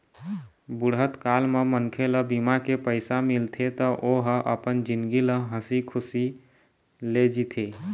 बुढ़त काल म मनखे ल बीमा के पइसा मिलथे त ओ ह अपन जिनगी ल हंसी खुसी ले जीथे